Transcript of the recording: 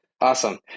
Awesome